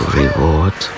reward